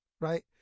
right